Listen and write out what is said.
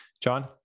John